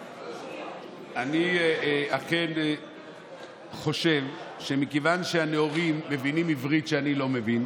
אני אכן חושב שמכיוון שהנאורים מבינים עברית שאני לא מבין,